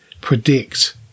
predict